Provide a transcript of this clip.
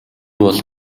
бол